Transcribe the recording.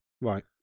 Right